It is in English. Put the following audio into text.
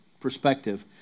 perspective